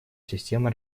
системы